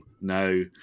no